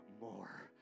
more